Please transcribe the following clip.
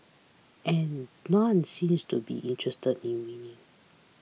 and none seems to be interested in winning